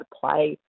play